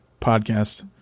podcast